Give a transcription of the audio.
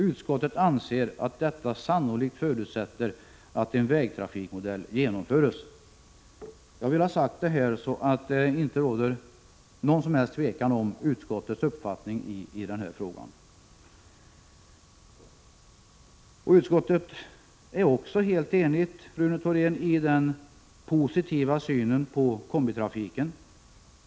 Utskottet anser att detta sannolikt förutsätter att en vägtrafikmodell genomförs.” Jag vill understryka detta, så att det inte skall råda något som helst tvivel om utskottets uppfattning på denna punkt. Utskottet är också helt enigt, Rune Thorén, när det gäller den positiva synen på kombitrafiken.